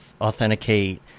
authenticate